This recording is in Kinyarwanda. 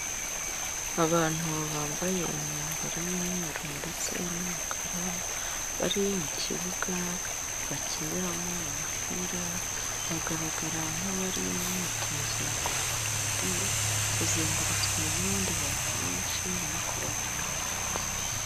Aantu bambaye imyambaro y'umweru ndetse n'umukara, bari mu kibuga bakiniramo umupira, bagaragara nk'abari mu myitozo ngororamubiri, bazengurutswe n'abandi bantu benshi bari kubareba.